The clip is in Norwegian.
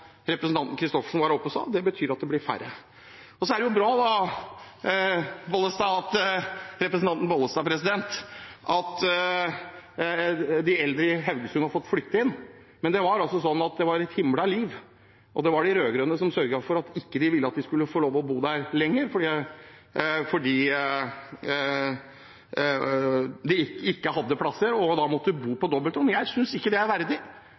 var oppe og sa, er at det blir færre. Så er det bra – til representanten Bollestad – at de eldre i Haugesund har fått flytte inn, men det var et himla liv. Det var de rød-grønne som sørget for at de ikke skulle få lov til å bo der lenger, for de hadde ikke plasser, og da måtte de bo på dobbeltrom. Jeg synes ikke det er verdig,